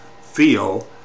feel